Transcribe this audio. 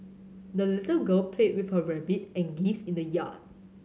the little girl played with her rabbit and geese in the yard